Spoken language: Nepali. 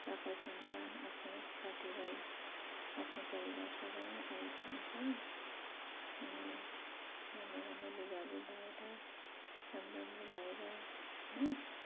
शाखा सन्तान आफ्नो साथी भाइ आफ्नो परिवार सबै नै आएको हुन्छ अनि राम्रो राम्रो लुगाहरू लाएर राम्रो राम्रो भएर होइन